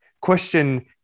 question